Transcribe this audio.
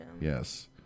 Yes